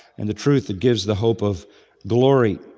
and the truth that gives the hope of glory.